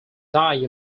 die